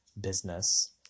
business